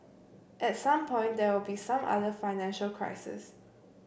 at some point there will be some other financial crises